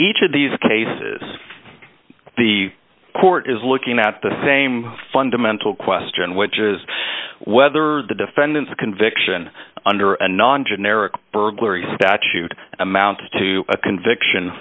each of these cases the court is looking at the same fundamental question which is whether the defendant the conviction under a non generic burglary statute amounted to a conviction